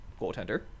goaltender